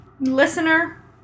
listener